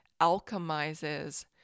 alchemizes